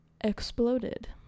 exploded